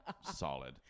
solid